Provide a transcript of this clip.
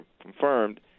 confirmed